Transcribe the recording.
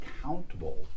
accountable